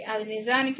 703 అది నిజానికి 22